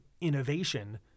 innovation